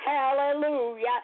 Hallelujah